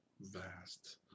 vast